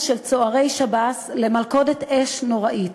של צוערי שב"ס למלכודת אש נוראית.